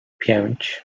pięć